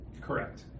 Correct